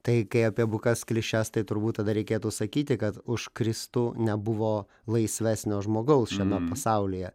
tai kai apie bukas klišes tai turbūt tada reikėtų sakyti kad už kristų nebuvo laisvesnio žmogaus šiame pasaulyje